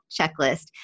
checklist